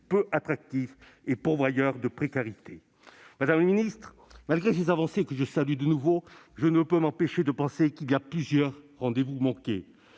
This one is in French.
peu attractifs et pourvoyeurs de précarité. Madame la ministre, malgré cette avancée, que je salue de nouveau, je ne peux m'empêcher de penser qu'il y a plusieurs rendez-vous manqués,